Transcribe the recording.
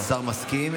השר מסכים?